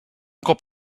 cop